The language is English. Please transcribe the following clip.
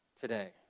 today